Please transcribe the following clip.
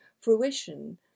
fruition